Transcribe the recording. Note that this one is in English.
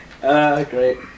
great